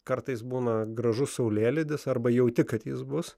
kartais būna gražus saulėlydis arba jauti kad jis bus